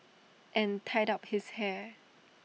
and tied up his hair